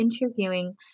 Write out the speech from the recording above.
interviewing